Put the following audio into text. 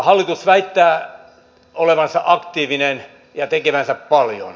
hallitus väittää olevansa aktiivinen ja tekevänsä paljon